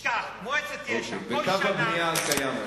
בקו הבנייה הקיים היום.